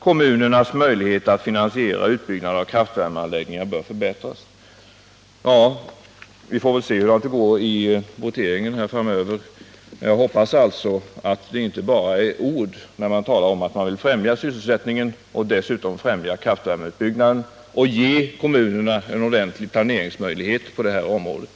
Kommunernas möjligheter att finansiera utbyggnad av kraftvärmeanläggningar bör förbättras.” Ja, vi får väl se hur det går i voteringen här framöver. Jag hoppas alltså att det inte bara är ord när man talar om att man vill främja sysselsättningen och dessutom främja kraftvärmeutbyggnaden och ge kommunerna en ordentlig möjlighet till planering på det här området.